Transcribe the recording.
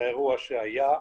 האירוע שהיה,